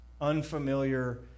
unfamiliar